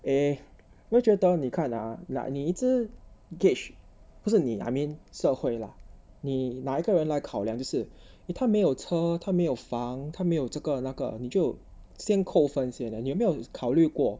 eh 有没有觉得你看 ah 你一直 gauge 不是你 I mean 社会 lah 你拿一个人来考量就是 eh 他没有车没有房他没有这个那个你就先扣分先呢你有没有考虑过